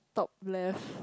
top left